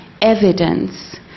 evidence